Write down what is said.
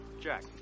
Jack